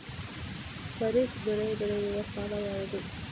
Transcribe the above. ಖಾರಿಫ್ ಬೆಳೆ ಬೆಳೆಯುವ ಕಾಲ ಯಾವುದು?